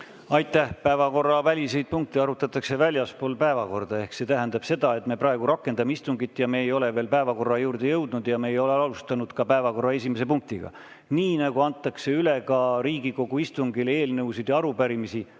Aitäh! Päevakorraväliseid punkti arutatakse väljaspool päevakorda. Ehk see tähendab seda, et me praegu rakendame istungit ja me ei ole veel päevakorra juurde jõudnud ja me ei ole alustanud ka päevakorra esimese punkti menetlemist. Nii nagu antakse üle Riigikogu istungil eelnõusid ja arupärimisi